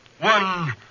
One